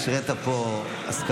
השרית פה הסכמות.